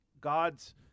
God's